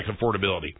affordability